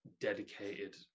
dedicated